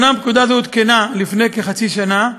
פקודה זו עודכנה לפני כחצי שנה,